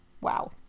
Wow